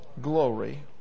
glory